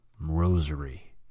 rosary